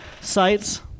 sites